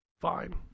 Fine